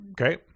Okay